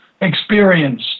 experience